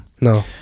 no